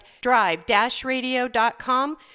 drive-radio.com